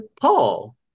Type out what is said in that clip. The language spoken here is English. Paul